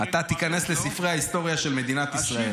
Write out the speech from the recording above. אתה תיכנס לספרי ההיסטוריה של מדינת ישראל,